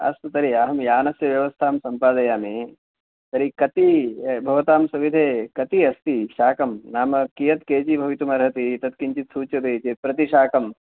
अस्तु तर्हि अहं यानस्य व्यवस्थां सम्पादयामि तर्हि कति भवतां सविधे कति अस्ति शाकं नाम कियत् के जि भवितुमर्हति तत्किञ्चित् सूच्यते चेत् प्रतिशाकं